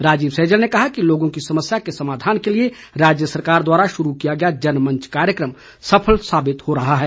राजीव सैजल ने कहा कि लोगों की समस्या के समाधान के लिए राज्य सरकार द्वारा शुरू किया गया जनमंच कार्यक्रम सफल साबित हो रहा है